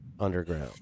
underground